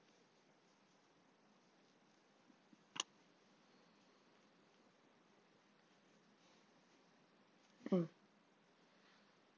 mm